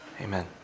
Amen